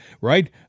right